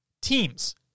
Teams